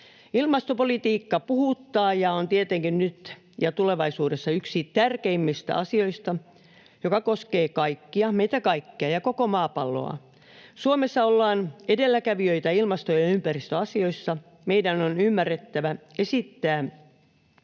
Ilmastopolitiikka puhuttaa ja on tietenkin nyt ja tulevaisuudessa yksi tärkeimmistä asioista, joka koskee meitä kaikkia ja koko maapalloa. Suomessa ollaan edelläkävijöitä ilmasto- ja ympäristöasioissa. Meidän on ymmärrettävä esittää